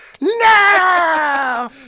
no